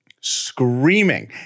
Screaming